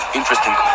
interesting